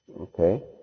Okay